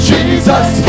Jesus